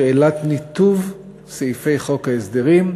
בשאלת ניתוב סעיפי חוק ההסדרים,